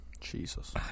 jesus